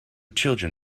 children